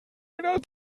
einer